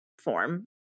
form